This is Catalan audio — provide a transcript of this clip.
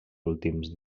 últims